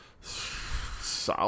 south